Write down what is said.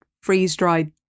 freeze-dried